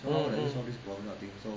mm mm